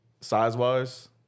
size-wise